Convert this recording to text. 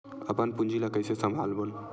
अपन पूंजी ला कइसे संभालबोन?